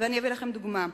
ואני אביא לכם דוגמה: